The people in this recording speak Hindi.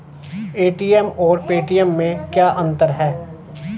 ए.टी.एम और पेटीएम में क्या अंतर है?